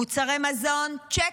מוצרי מזון, צ'ק,